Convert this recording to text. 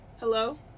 hello